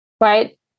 right